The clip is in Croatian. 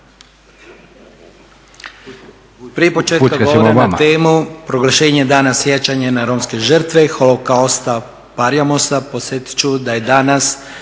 Prije početka govora na temu proglašenje Dana sjećanja na Romske žrtve, Holokausta/Porajmosa podsjetit ću da je danas